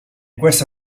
questa